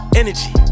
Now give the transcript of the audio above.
energy